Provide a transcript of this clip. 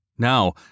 Now